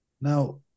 Now